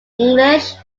english